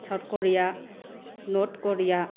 South Korea North Korea